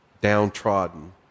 downtrodden